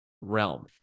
realm